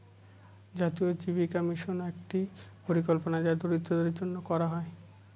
জাতীয় জীবিকা মিশন হল একটি পরিকল্পনা যা দরিদ্রদের জন্য করা হয়